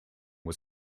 was